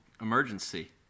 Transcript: emergency